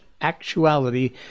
actuality